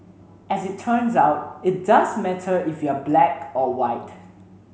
as it turns out it does matter if you're black or white